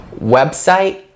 website